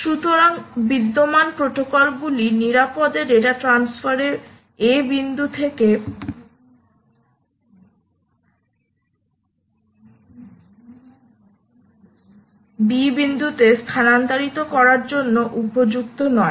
সুতরাং বিদ্যমান প্রোটোকলগুলি নিরাপদে ডেটা ট্রানস্ফার a বিন্দু থেকে b বিন্দুতে স্থানান্তরিত করার জন্য উপযুক্ত নয়